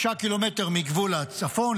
9 ק"מ מגבול הצפון,